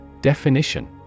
Definition